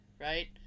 right